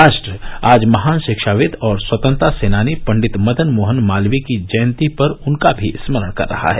राष्ट्र आज महान शिक्षाविद और स्वतंत्रता सेनानी पंडित मदन मोहन मालवीय की जयंती पर उनका भी स्मरण कर रहा है